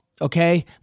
okay